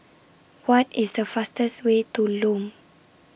What IS The fastest Way to Lome